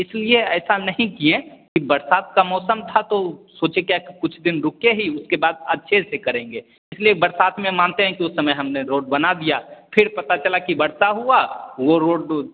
इसलिये ऐसा नहीं किये कि बरसात का मौसम था तो सोचे क्या कुछ दिन रुके ही उसके बाद अच्छे से करेंगे इसलिये बरसात में मानते हैं कि उस समय हमने रोड बना दिया फिर पता चला कि बरसा हुआ वो रोड